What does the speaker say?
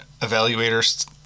evaluators